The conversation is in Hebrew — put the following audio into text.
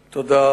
תודה.